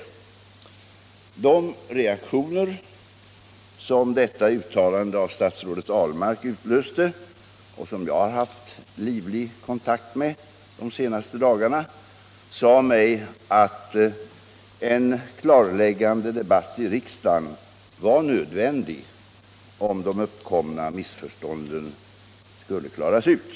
De reaktioner som detta uttalande av statsrådet 18 november 1976 Ahlmark utlöste, och som jag har haft livlig kontakt med de senaste = dagarna, sade mig att en klarläggande debatt i riksdagen var nödvändig Om den svenska om de uppkomna missförstånden skulle redas ut.